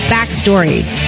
Backstories